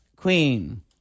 queen